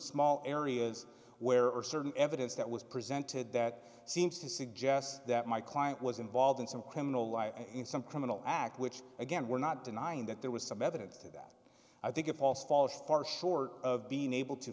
small areas where or certain evidence that was presented that seems to suggest that my client was involved in some criminal lie in some criminal act which again we're not denying that there was some evidence to that i think it also falls far short of being able to